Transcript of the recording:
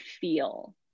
feel